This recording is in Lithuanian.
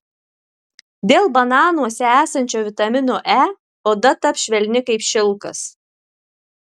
dėl bananuose esančio vitamino e oda taps švelni kaip šilkas